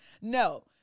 no